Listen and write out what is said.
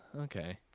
okay